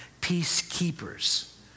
peacekeepers